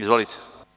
Izvolite.